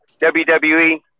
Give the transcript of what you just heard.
WWE